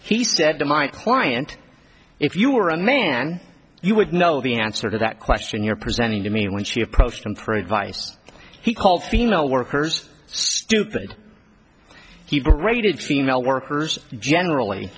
he said to my client if you were a man you would know the answer to that question you're presenting to me when she approached him for advice he called female workers stupid he graded female workers generally